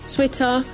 Twitter